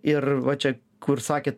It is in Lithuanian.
ir va čia kur sakėt